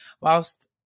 whilst